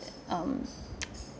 um